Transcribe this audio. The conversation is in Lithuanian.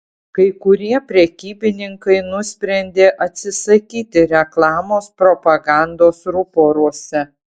kai kurie prekybininkai nusprendė atsisakyti reklamos propagandos ruporuose